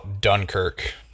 Dunkirk